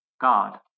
God